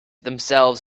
themselves